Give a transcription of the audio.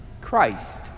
Christ